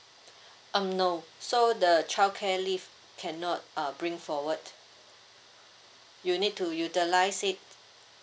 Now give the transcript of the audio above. um no so the childcare leave cannot uh bring forward you need to utilise it